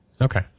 Okay